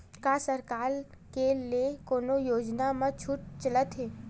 का सरकार के ले कोनो योजना म छुट चलत हे?